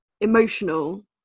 emotional